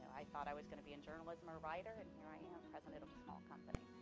i thought i was gonna be in journalism or a writer, and here i am, president of a small company,